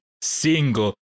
single